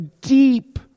deep